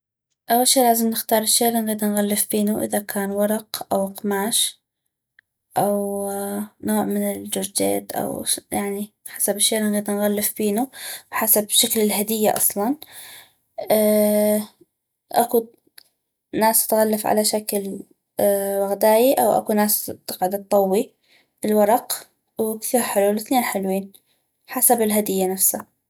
اول شي لازم نختار الشي النغيد نغلف بينو اذا كان ورق او قماش او نوع من الجرجيت او يعني حسب الشي الي نغيد نغلف بينو وحسب الشكل الهدية اصلاً اكو ناس تغلف على شكل وغداي واكو ناس تقعد تطوي الورق و كثيغ حلو الاثنين حلوين حسب الهدية نفسا